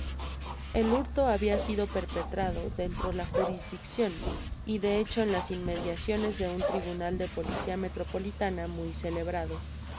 l hurto habia sido perpetrado dentro la jurisdiccion y de hecho en las inmediaciones de un tribunal de policia metropolitana muy celebrado